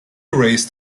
race